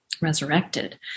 resurrected